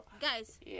Guys